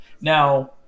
Now